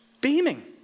beaming